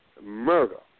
Murder